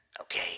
Okay